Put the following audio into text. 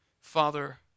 Father